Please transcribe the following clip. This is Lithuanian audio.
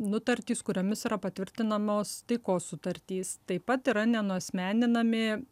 nutartys kuriomis yra patvirtinamos taikos sutartys taip pat yra nenuasmeninami